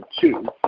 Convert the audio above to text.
two